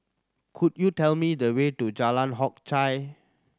could you tell me the way to Jalan Hock Chye